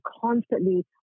constantly